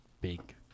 big